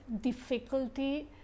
difficulty